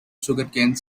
sugarcane